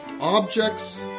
objects